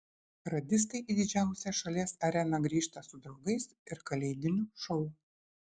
radistai į didžiausią šalies areną grįžta su draugais ir kalėdiniu šou